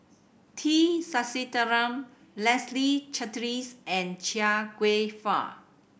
T Sasitharan Leslie Charteris and Chia Kwek Fah